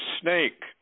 snake